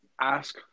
ask